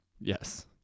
Yes